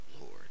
Lord